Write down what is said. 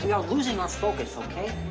yeah are losing our focus, okay?